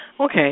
Okay